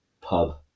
pub